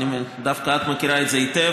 דווקא את מכירה את זה היטב,